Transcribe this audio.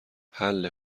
حله